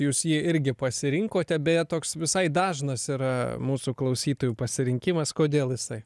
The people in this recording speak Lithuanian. jūs jį irgi pasirinkote beje toks visai dažnas yra mūsų klausytojų pasirinkimas kodėl jisai